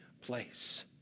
place